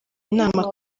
inama